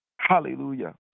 Hallelujah